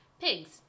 pigs